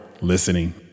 listening